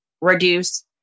reduce